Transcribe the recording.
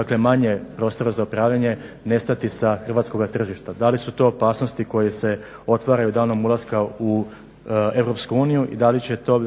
imaju manje prostora za upravljanje nestati sa hrvatskoga tržišta? Da li su to opasnosti koje se otvaraju danom ulaska u EU i da li će to